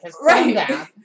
Right